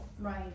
Right